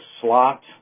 slot